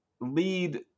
lead